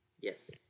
Yes